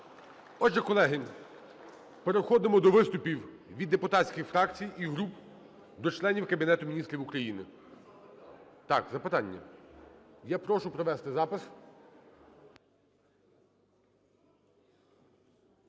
Отже, колеги, переходимо до виступів від депутатських фракцій і груп до членів Кабінету Міністрів України. Так, запитання. Я прошу провести запис.